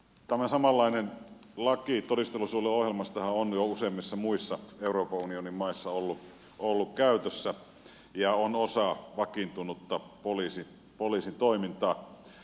tämä samanlainen laki todistajansuojeluohjelmastahan on jo useimmissa muissa euroopan unionin maissa ollut käytössä ja on osa vakiintunutta poliisin toimintaa